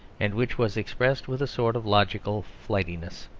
and which was expressed with a sort of logical flightiness,